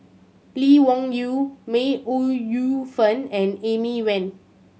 Lee Wung Yew May Ooi Yu Fen and Amy Van